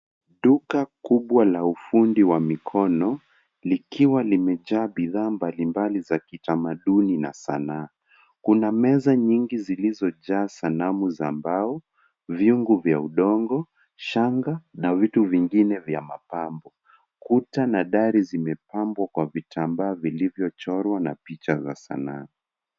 Duka kubwa la ufundi wa mikono likiwa limejaa bidhaa mbalimbali za kitamaduni na Sanaa. Kuna meza nyingi zilizojaa sanamu za mbao, vyungu vya udongo, shanga na vitu vingine vya mapambo, kuta na dari zimepambwa kwa vitambaa vilivyochorwa na picha za Sanaa.